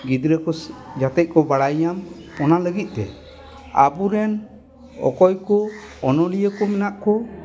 ᱜᱤᱫᱽᱨᱟᱹ ᱠᱚ ᱡᱟᱛᱮ ᱠᱚ ᱵᱟᱲᱟᱭ ᱧᱟᱢ ᱚᱱᱟ ᱞᱟᱹᱜᱤᱫ ᱛᱮ ᱟᱵᱚᱨᱮᱱ ᱚᱠᱚᱭ ᱠᱚ ᱚᱱᱚᱞᱤᱭᱟᱹ ᱠᱚ ᱢᱮᱱᱟᱜ ᱠᱚ